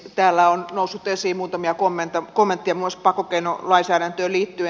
täällä on noussut esiin muutamia kommentteja muun muassa pakkokeinolainsäädäntöön liittyen